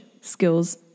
skills